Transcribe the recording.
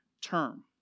term